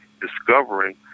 discovering